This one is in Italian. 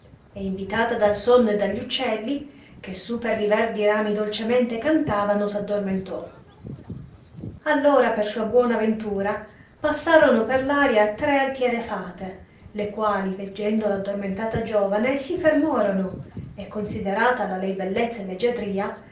e invitata dal sonno e da gli uccelli che su per li verdi rami dolcemente cantavano s'addormentò allora per sua buona ventura passarono per l'aria tre altiere fate le quali veggendo l'addormentata giovane si fermorono e considerata la lei bellezza e leggiadria